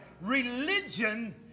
Religion